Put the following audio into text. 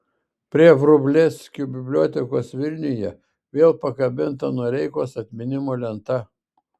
prie vrublevskių bibliotekos vilniuje vėl pakabinta noreikos atminimo lenta